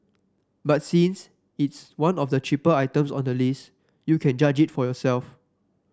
but since it's one of the cheaper items on the list you can judge it for yourself